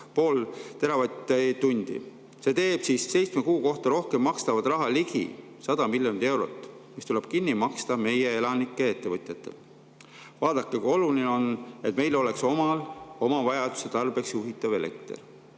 8,5 teravatt-tundi. See teeb seitsme kuu kohta rohkem makstavat raha ligi 100 miljonit eurot, mis tuleb kinni maksta meie elanikel ja ettevõtjatel. Vaadake, kui oluline on, et meil oleks omal oma vajaduste tarbeks juhitav elekter.